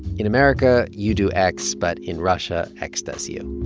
in america you do x, but in russia, x does you.